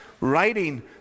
writing